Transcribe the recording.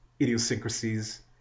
idiosyncrasies